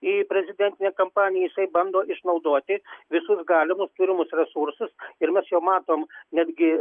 į prezidentinę kampaniją jisai bando išnaudoti visus galimus turimus resursus ir mes jau matom netgi